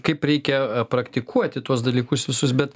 kaip reikia praktikuoti tuos dalykus visus bet